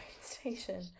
station